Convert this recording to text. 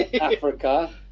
Africa